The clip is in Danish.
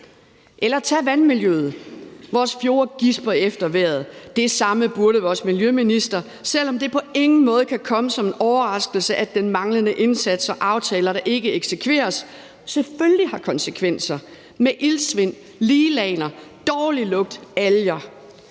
Eller tag vandmiljøet. Vores fjorde gisper efter vejret, og det samme burde vores miljøminister, selv om det på ingen måde kan komme som en overraskelse, at den manglende indsats og aftaler, der ikke eksekveres, selvfølgelig har konsekvenser med iltsvind, liglagener, dårlig lugt, alger.